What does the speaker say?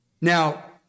Now